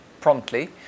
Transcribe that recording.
promptly